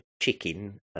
chicken